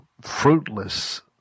fruitless